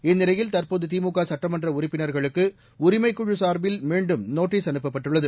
இந்நிலையில் தற்போது திமுக சட்டமன்ற உறுப்பினர்களுக்கு உரிமைக் குழு சார்பில் மீண்டும் நோட்டீஸ் அனுப்பப்பட்டுள்ளது